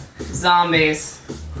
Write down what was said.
Zombies